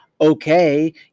okay